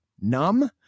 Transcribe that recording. Numb